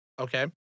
Okay